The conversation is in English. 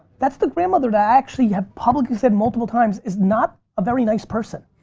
that's the grandmother that i actually have publicly said multiple times is not a very nice person.